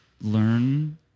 learn